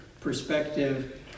perspective